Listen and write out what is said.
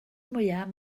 mwyaf